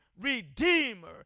redeemer